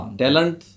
talent